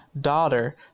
daughter